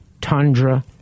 Tundra